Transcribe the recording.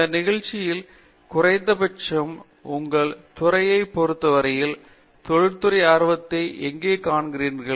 இந்த சூழ்நிலையில் குறைந்தபட்சம் உங்கள் துறையை பொறுத்தவரையில் தொழிற்துறை ஆர்வத்தை எங்கே காண்கிறீர்கள்